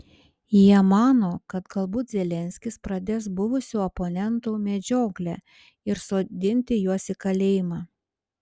jie mano kad galbūt zelenskis pradės buvusių oponentų medžioklę ir sodinti juos į kalėjimą